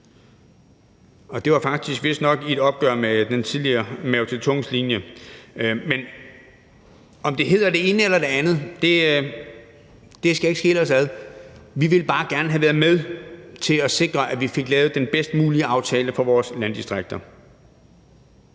og det var vist nok i forbindelse med et opgør med den tidligere præsident Mao Zedongs linje. Men om det hedder det ene eller det andet, skal ikke skille os ad. Vi ville bare gerne have været med til at sikre, at vi fik lavet den bedst mulige aftale for vores landdistrikter.